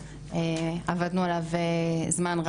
והמהלך שאנחנו מנסות לעשות כל כך חשוב.